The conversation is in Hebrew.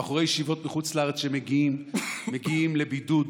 שבחורי הישיבות מחוץ לארץ שמגיעים מגיעים לבידוד,